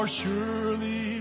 surely